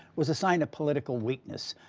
was a sign of political weakness,